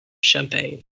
champagne